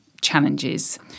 challenges